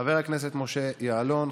חבר הכנסת משה יעלון,